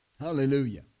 Hallelujah